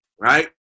right